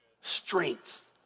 strength